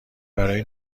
برای